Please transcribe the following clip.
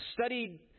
studied